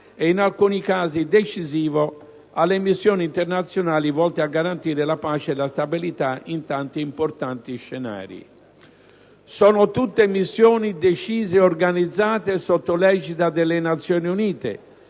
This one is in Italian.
e in alcuni casi decisivo, alle missioni internazionali volte a garantire la pace e la stabilità in tanti importanti scenari. Sono tutte missioni decise e organizzate sotto l'egida delle Nazioni Unite